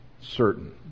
certain